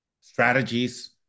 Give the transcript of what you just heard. strategies